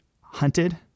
hunted